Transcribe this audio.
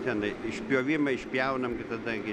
tenai išpjovimą išpjaunam gi tada gi